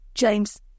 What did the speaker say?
James